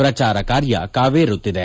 ಪ್ರಚಾರ ಕಾರ್ಯ ಕಾವೇರುತ್ತಿದೆ